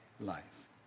life